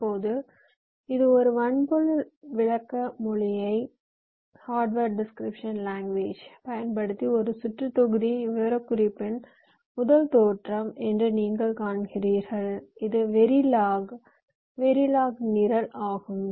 இப்போது இது ஒரு வன்பொருள் விளக்க மொழியைப் பயன்படுத்தி ஒரு சுற்று தொகுதியின் விவரக்குறிப்பின் முதல் தோற்றம் என்று நீங்கள் காண்கிறீர்கள் இது வெரிலாக் ஒரு வெரிலாக் நிரல் ஆகும்